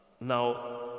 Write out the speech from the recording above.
Now